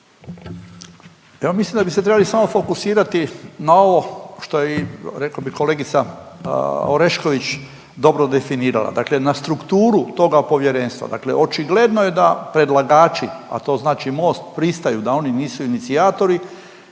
Ja mislim da bi se trebali samo fokusirati na ovo što je rekao bi kolegica Orešković dobro definirala, dakle na strukturu toga povjerenstva. Dakle očigledno je da predlagači, a to znači Most pristaju da oni nisu inicijatori